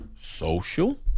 Social